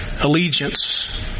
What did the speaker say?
allegiance